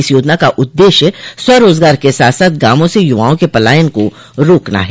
इस योजना का उद्देश्य स्वरोजगार के साथ साथ गांवों से युवाओं के पलायन को रोकना है